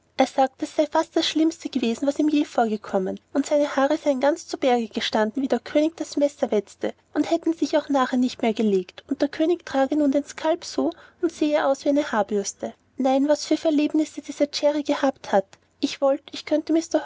er sagt das sei fast das schlimmste gewesen was ihm je vorgekommen und seine haare seien ihm ganz zu berge gestanden wie der könig das messer wetzte und hätten sich auch nachher nicht mehr gelegt und der könig trage nun den skalp so und er sehe aus wie eine haarbürste nein was für verlebnisse dieser jerry gehabt hat ich wollt ich könnte